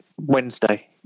Wednesday